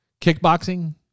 kickboxing